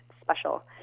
special